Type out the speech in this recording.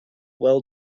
well